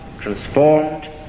transformed